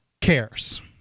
cares